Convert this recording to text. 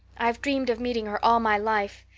i've dreamed of meeting her all my life.